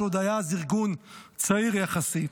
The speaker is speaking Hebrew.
שעוד היה אז ארגון צעיר יחסית.